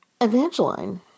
Evangeline